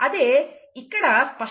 అదే ఇక్కడ స్పష్టంగా ఇది pp